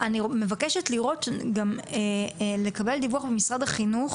גם מבקשת לקבל דיווח ממשרד החינוך